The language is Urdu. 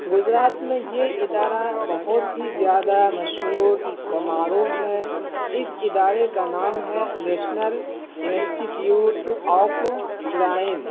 گجرات میں یہ ادارہ بہت ہی زیادہ مشہور و معروف ہے اس ادارے کا نام ہے نیشنل انسٹیٹیوٹ آف ڈرائنگ